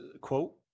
quote